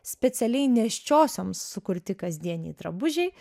specialiai nėščiosioms sukurti kasdieniai drabužiai